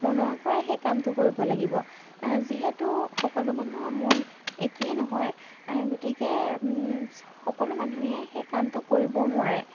মনৰ পৰাই সেই কামটো কৰিব লাগিব যিহেতু সকলো মানুহৰ মন একেই নহয় গতিকে সকলো মানুহে সেই কামটো কৰিবও নোৱাৰে